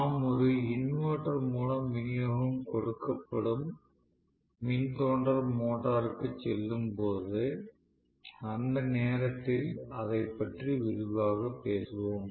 நாம் ஒரு இன்வெர்ட்டர் மூலம் விநியோகம் கொடுக்கப்படும் மின் தூண்டல் மோட்டருக்குச் செல்லும்போது அந்த நேரத்தில் அதைப் பற்றி விரிவாகப் பேசுவோம்